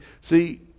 see